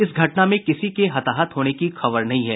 इस घटना में किसी की हताहत होने की खबर नहीं है